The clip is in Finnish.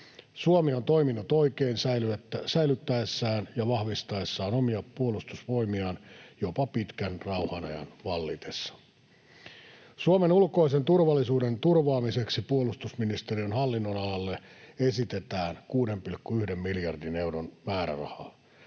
Suomi on toiminut oikein säilyttäessään ja vahvistaessaan omia Puolustusvoimiaan jopa pitkän rauhan ajan vallitessa. Suomen ulkoisen turvallisuuden turvaamiseksi puolustusministeriön hallinnonalalle esitetään 6,1 miljardin euron määrärahaa.